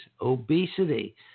obesity